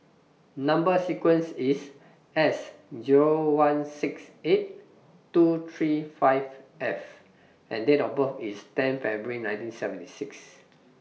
Number sequence IS S Zero one six eight two three five S and Date of birth IS ten February nineteen seventy six